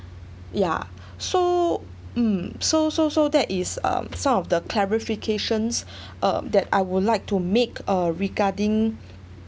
yeah so mm so so so that is um some of the clarifications um that I would like to make uh regarding